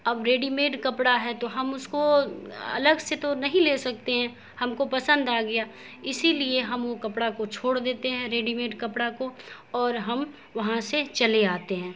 اب ready made کپڑا ہے تو ہم اس کو الگ سے تو نہیں لے سکتے ہیں ہم کو پسند آ گیا اسی لیے ہم وہ کپڑا کو چھوڑ دیتے ہیں ریڈی میڈ کپڑا کو اور ہم وہاں سے چلے آتے ہیں